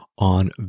on